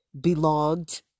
belonged